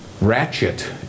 ratchet